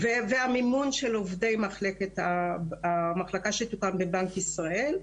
והמימון של עובדי המחלקה שתוקם בבנק ישראל.